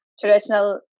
traditional